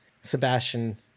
Sebastian